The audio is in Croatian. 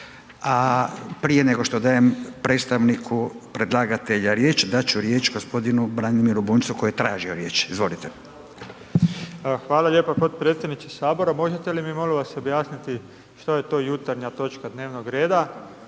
A prije nego što dajem predstavniku predlagatelja riječ, dat ću riječ g. Branimiru Bunjcu koji je tražio riječ, izvolite. **Bunjac, Branimir (Živi zid)** Hvala lijepa potpredsjedniče Sabora, možete li mi moli vas objasniti što je to jutarnja točka dnevnog reda,